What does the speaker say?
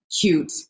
cute